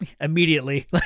Immediately